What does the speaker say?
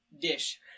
dish